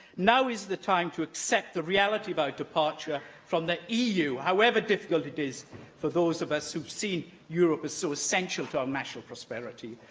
now is the time to accept the reality of our departure from the eu, however difficult it is for those of us who see europe as so essential to our national prosperity.